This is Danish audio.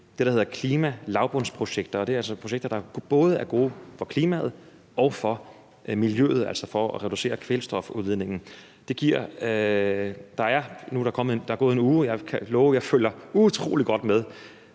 det, der hedder klimalavbundsprojekter, og det er altså projekter, der både er gode for klimaet og for miljøet, altså for at reducere kvælstofudledningen. Der er nu gået en uge, og jeg kan love, at jeg